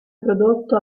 prodotto